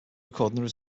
recording